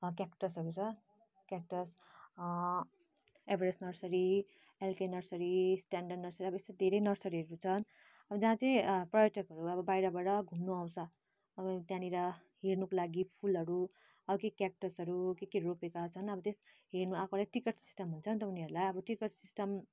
क्याक्टसहरू छ cactus Everest nursery एलके नर्सरी स्टेनडन नर्सरी अब यस्तो धेरै नर्सरीहरू छ अब जहाँ चाहिँ पर्यटकहरू बाहिरबाट घुम्नु आउँछ अब त्यहाँनिर हेर्नुको लागि फुलहरू अब के क्याक्टसहरू के केहरू रोपेका छन् अब त्यस हेर्नु आएकोलाई टिकट सिस्टम हुन्छ नि त उनीहरूलाई अब टिकट सिस्टम